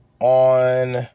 on